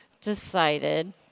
decided